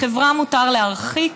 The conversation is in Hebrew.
לחברה מותר להרחיק